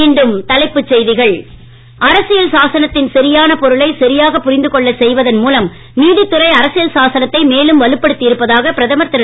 மீண்டும் தலைப்புச் செய்திகள் அரசியல் சாசனத்தின் சரியான பொருளை சரியாகப் புரிந்து கொள்ளச் செய்வதன் மூலம் நீதித் துறை அரசியல் சாசனத்தை மேலும் வலுப்படுத்தி இருப்பதாக பிரதமர் திரு